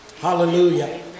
Hallelujah